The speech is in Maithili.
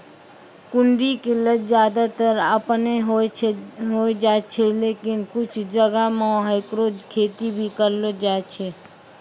कुनरी के लत ज्यादातर आपनै होय जाय छै, लेकिन कुछ जगह मॅ हैकरो खेती भी करलो जाय छै